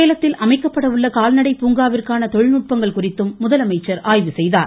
சேலத்தில் அமைக்கப்பட உள்ள கால்நடை பூங்காவிற்கான தொழில்நுட்பங்கள் குறித்தும் முதலமைச்சர் ஆய்வு செய்தார்